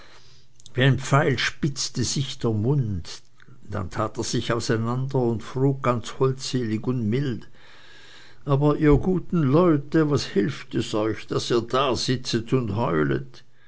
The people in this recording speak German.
wie ein pfeil spitzte sich der mund dann tat er sich auseinander und frug ganz holdselig und mild aber ihr guten leute was hilft es euch daß ihr dasitzet und heulet